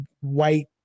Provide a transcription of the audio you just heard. white